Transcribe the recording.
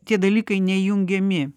tie dalykai nejungiami